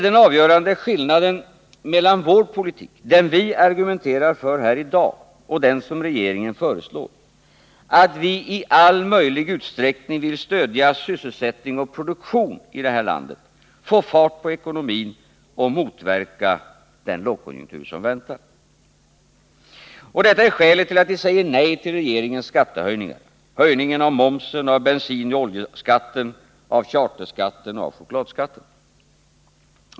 Den avgörande skillnaden mellan vår politik — den vi argumenterar för här i dag — och den som regeringen föreslår är alltså att vi i all möjlig utsträckning vill stödja sysselsättning och produktion i Sverige, få fart på ekonomin och motverka den lågkonjunktur som väntar. Detta är skälet till att vi säger nej till regeringens skattehöjningar — höjningar av momsen, av bensinoch oljeskatten, av charterskatten och av chokladskatten.